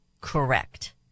correct